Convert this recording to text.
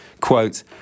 quote